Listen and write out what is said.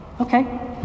Okay